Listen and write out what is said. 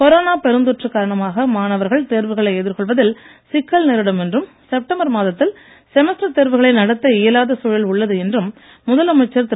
corona பெருந்தொற்று காரணமாக மாணவர்கள் தேர்வுகளை எதிர்கொள்வதில் சிக்கல் நேரிடும் என்றும் செப்டம்பர் மாதத்தில் செமஸ்டர் தேர்வுகளை நடத்த இயலாத சூழல் உள்ளது என்றும் முதல் அமைச்சர் திரு